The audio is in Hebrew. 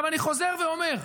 אני חוזר ואומר,